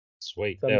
Sweet